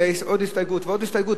ועוד הסתייגות ועוד הסתייגות,